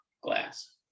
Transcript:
glass